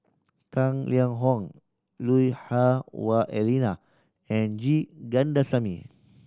Tang Liang Hong Lui Hah Wah Elena and G Kandasamy